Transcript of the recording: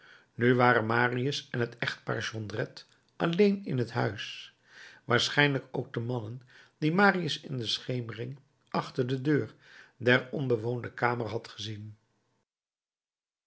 nu waren marius en het echtpaar jondrette alleen in het huis waarschijnlijk ook de mannen die marius in de schemering achter de deur der onbewoonde kamer had gezien